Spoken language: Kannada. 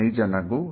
ನೈಜ ನಗು